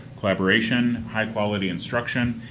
collaboration, high-quality instruction,